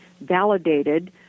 validated